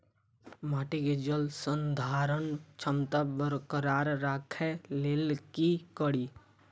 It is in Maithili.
माटि केँ जलसंधारण क्षमता बरकरार राखै लेल की कड़ी?